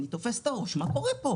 אני תופס את הראש, מה קורה פה?